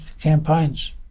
campaigns